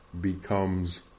becomes